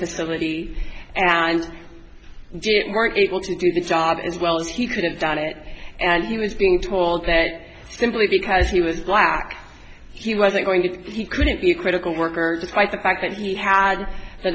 facility and weren't able to do the job as well as he could have done it and he was being told that simply because he was black he wasn't going to be he couldn't be a critical worker despite the fact that he had the